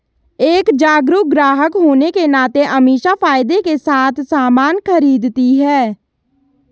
एक जागरूक ग्राहक होने के नाते अमीषा फायदे के साथ सामान खरीदती है